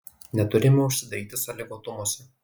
neturime užsidaryti sąlygotumuose